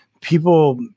people